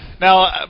Now